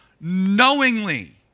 knowingly